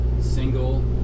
single